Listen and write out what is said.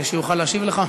כדי שהוא יוכל להשיב לך.